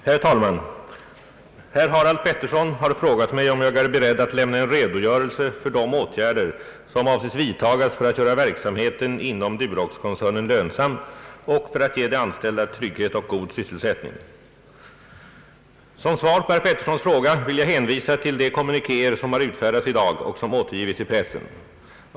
Herr talman! Herr Harald Pettersson har frågat mig om jag är beredd att lämna en redogörelse för de åtgärder som avses vidtagas för att göra verksamheten inom Duroxkoncernen lönsam och för att ge de anställda trygghet och god sysselsättning. Som svar på herr Petterssons fråga vill jag hänvisa till de kommunikéer som har utfärdats i dag och som återgivits i pressen.